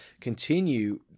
continue